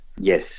Yes